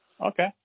Okay